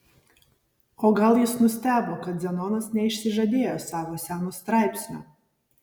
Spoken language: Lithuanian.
o gal jis nustebo kad zenonas neišsižadėjo savo seno straipsnio